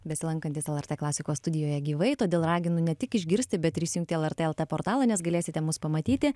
besilankantis lrt klasikos studijoje gyvai todėl raginu ne tik išgirsti bet ir įsijungti lrt lt portalą nes galėsite mus pamatyti